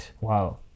Wow